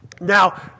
Now